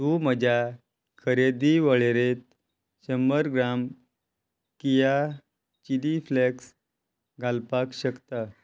तूं म्हज्या खरेदी वळेरेत शंबर ग्राम किया चिली फ्लॅक्स घालपाक शकता